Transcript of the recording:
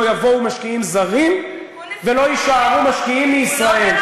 לא יבואו משקיעים זרים ולא יישארו משקיעים מישראל.